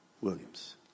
Williams